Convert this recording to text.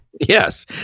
Yes